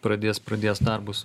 pradės pradės darbus